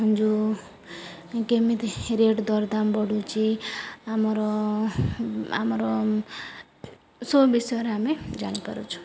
ଯୋଉ କେମିତି ରେଟ୍ ଦରଦାମ୍ ବଢ଼ୁଛି ଆମର ଆମର ସବୁ ବିଷୟରେ ଆମେ ଜାଣିପାରୁଛୁ